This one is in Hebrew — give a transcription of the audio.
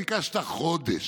ביקשת חודש